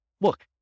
look